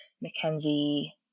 Mackenzie